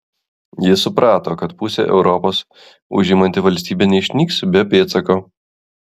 jis suprato kad pusę europos užimanti valstybė neišnyks be pėdsako